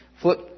flip